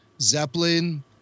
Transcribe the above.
Zeppelin